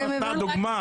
אתם הבנתם?